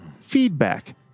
feedback